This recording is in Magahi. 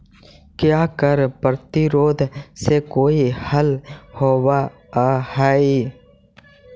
क्या कर प्रतिरोध से कोई हल होवअ हाई